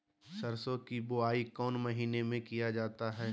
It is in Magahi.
सरसो की बोआई कौन महीने में किया जाता है?